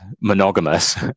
monogamous